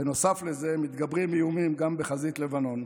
בנוסף לזה מתגברים איומים גם בחזית לבנון.